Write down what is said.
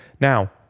Now